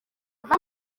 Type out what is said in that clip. bamwe